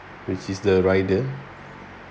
which is the rider